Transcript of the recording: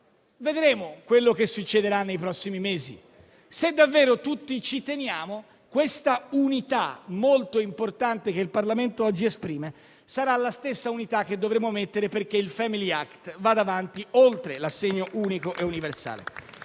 vedremo quello che succederà nei prossimi mesi. Se davvero tutti ci teniamo, questa unità molto importante, che il Parlamento oggi esprime, sarà la stessa unità che dovremo mettere in campo perché il *family act* vada avanti oltre l'assegno unico e universale.